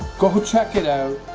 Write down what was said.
go check it out.